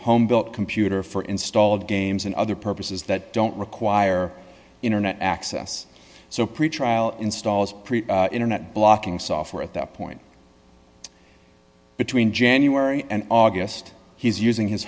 home built computer for installed games and other purposes that don't require internet access so pretrial installs internet blocking software at that point between january and august he's using his